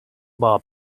bar